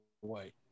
white